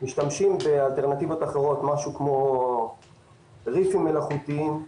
משתמשים באלטרנטיבות אחרות, בריפים מלאכותיים,